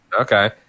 Okay